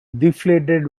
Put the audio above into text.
deflated